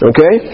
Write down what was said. Okay